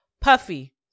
Puffy